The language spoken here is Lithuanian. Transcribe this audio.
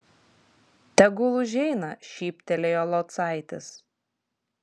tegul užeina šyptelėjo locaitis